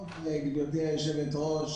היושבת-ראש,